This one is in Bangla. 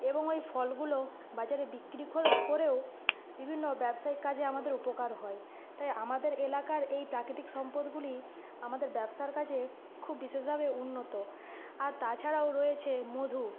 এবং ওই ফলগুলো বাজারে বিক্রি করে করেও বিভিন্ন ব্যবসায়িক কাজে আমাদের উপকার হয় তাই আমাদের এলাকার এই প্রাকৃতিক সম্পদগুলি আমাদের ব্যবসার কাজে খুব বিশেষভাবে উন্নত আর তাছাড়াও রয়েছে মধু